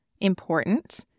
important